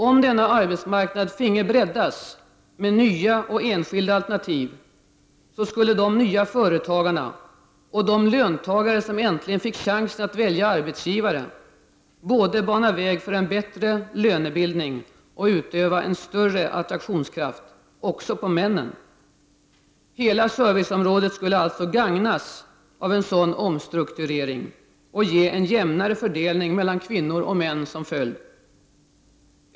Om denna arbetsmarknad finge breddas med nya och enskilda alternativ, skulle de nya företagarna och de löntagare, som äntligen fick chansen att välja arbetsgivare, både bana väg för en bättre lönebildning och utöva en större attraktionskraft också på männen. Hela serviceområdet skulle alltså gagnas av en sådan omstrukturering och ge en jämnare fördelning mellan kvinnor och män.